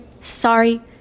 sorry